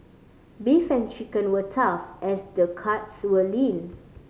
beef and chicken were tough as the cuts were lean